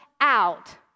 out